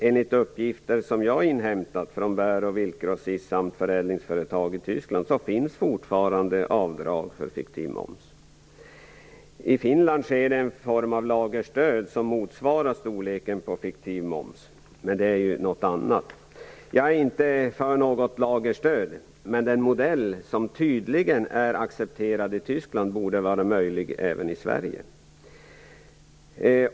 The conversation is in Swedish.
Enligt uppgifter som jag har inhämtat från bär och viltgrossister samt förädlingsföretag i Tyskland finns fortfarande avdrag för fiktiv moms. I Finland finns en form av lagerstöd som motsvarar storleken på fiktiv moms, men det är något annat. Jag är inte för lagerstöd, men den modell som tydligen är accepterad i Tyskland borde vara möjlig även i Sverige.